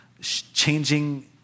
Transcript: changing